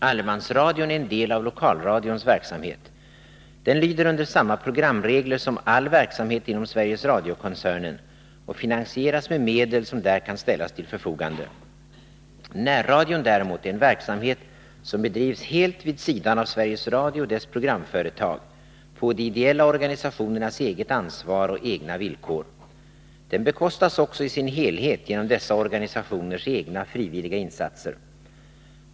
Allemansradion är en del av lokalradions Närradioverksamverksamhet. Den lyder under samma programregler som all verksamhet her inom Sveriges Radio-koncernen och finansieras med medel som där kan ställas till förfogande. Närradion däremot är en verksamhet som bedrivs helt vid sidan av Sveriges Radio och dess programföretag, på de ideella organisationernas eget ansvar och egna villkor. Den bekostas också i sin helhet genom dessa organisationers egna frivilliga insatser.